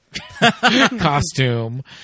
costume